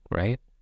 right